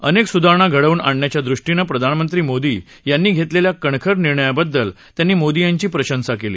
अनेक सुधारणा घडवून आणण्याच्या द्रष्टीनं प्रधानमंत्री मोदी यांनी घेतलेल्या कणखर निर्णयांबद्दल त्यांनी मोदी यांची प्रशंसा केली